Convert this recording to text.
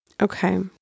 Okay